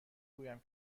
گویم